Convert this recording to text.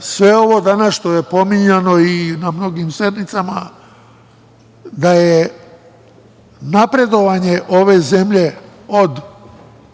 sve ovo danas što je pominjano i na mnogim sednicama, da je napredovanje ove zemlje, od